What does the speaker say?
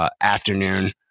Afternoon